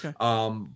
Okay